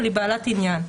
אבל היא בעלת עניין.